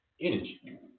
energy